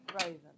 raven